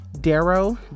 Darrow